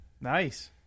Nice